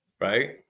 Right